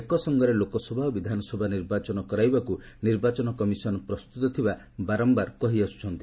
ଏକ ସଙ୍ଗରେ ଲୋକସଭା ଓ ବିଧାନସଭା ନିର୍ବାଚନ କରାଇବାକୁ ନିର୍ବାଚନ କମିଶନ ପ୍ରସ୍ତତ ଥିବାର ବାରମ୍ଭାର କହିଆସ୍ରଛି